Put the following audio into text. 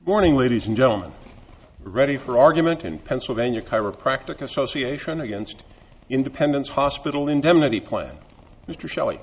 morning ladies and gentlemen ready for argument in pennsylvania chiropractic association against independence hospital indemnity plan mr shelley